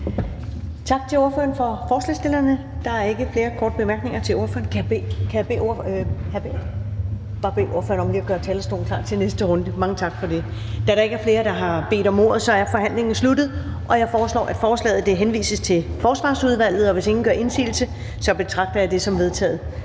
Tak til ordføreren for forslagsstillerne. Der er ikke flere korte bemærkninger til ordføreren. Jeg vil bare lige bede ordføreren om at gøre talerstolen klar til næste runde. Mange tak for det. Da der ikke er flere, der har bedt om ordet, er forhandlingen sluttet. Jeg foreslår, at forslaget henvises til Forsvarsudvalget. Hvis ingen gør indsigelse, betragter jeg det som vedtaget.